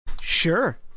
Sure